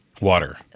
Water